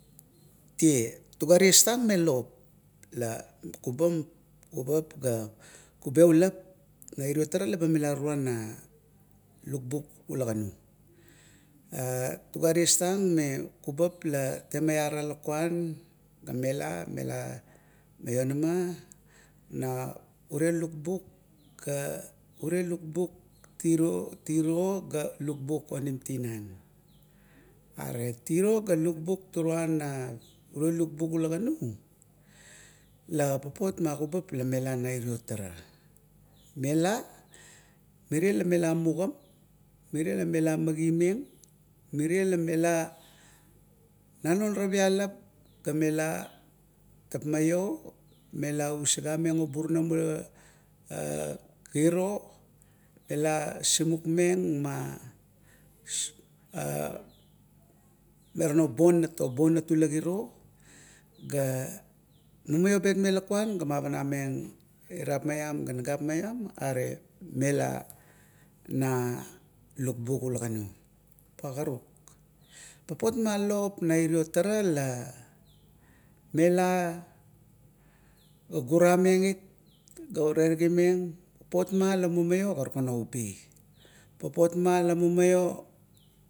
Tie tuga ties tang me lop, la kubam, lubap ga kubeaulap, nai iro tara laba mila toruan na lukbuk ula kanu. Are tuga ties tang me kubap la temaiara lukuan ga mela maionama na ure lukbuk ga ure lukbuktiro, tiro ga lukbuk onim tinan. Are tiro ga lukbuk toruan na ure lukbuk ula ganu la papot ma kubap lamela nai iro tara, mela magimeng. Mirie lamela nanoara pialap ga mela tapmaio, mela usagameng o burunam ula kiro, meoa simok meng ma a merano bonat o bonat ula kiro ga mumalo betmeng lukuan ga mavanameng, irap maiam, ga nagap maiam are mela na lukbuk ula ganu. Pa karuk, papot ma lop na iriro tara la mela gurameng o terigameng, papot mala terigameng karukan oubi papot man la mumaio